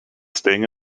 staying